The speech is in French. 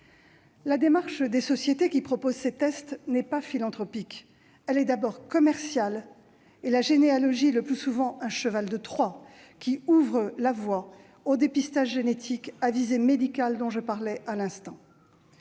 La démarche des sociétés qui proposent ces tests n'est pas philanthropique : elle est d'abord commerciale, et la généalogie est le plus souvent un cheval de Troie qui ouvre la voie au dépistage génétique à visée médicale dont je parlais à l'instant.